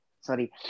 sorry